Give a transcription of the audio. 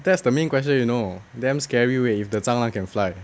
that's the main question you know damn scary wei if the 蟑螂 can fly